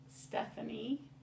Stephanie